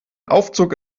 aufzug